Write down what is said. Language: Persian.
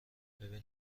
ببین